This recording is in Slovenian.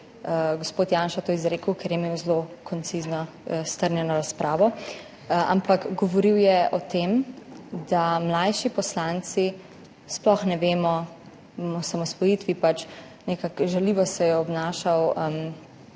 gospod Janša to izrekel, ker je imel zelo koncizno strnjeno razpravo, ampak govoril je o tem, da mlajši poslanci sploh ne vemo o osamosvojitvi, pač nekako žaljivo se je obnašal